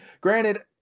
Granted